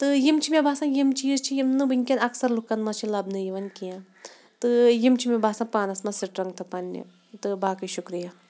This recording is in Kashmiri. تہٕ یِم چھِ مےٚ باسان یِم چیٖز چھِ یِم نہٕ وٕنۍکٮ۪ن اَکثر لُکَن منٛز چھِ لَبنہٕ یِوان کینٛہہ تہٕ یِم چھِ مےٚ باسان پانَس منٛز سٕٹرٛنٛگتھٕ پنٛنہِ تہٕ باقٕے شُکریہ